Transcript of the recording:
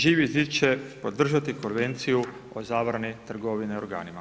Živi zid će podržati konvenciju o zabrani trgovine organima.